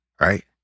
Right